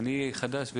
אני חדש,